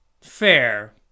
Fair